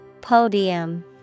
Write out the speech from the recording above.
Podium